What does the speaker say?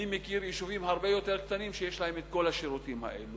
אני מכיר יישובים הרבה יותר קטנים שיש להם את כל השירותים האלה.